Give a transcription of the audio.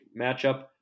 matchup